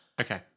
Okay